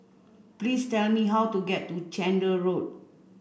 please tell me how to get to Chander Road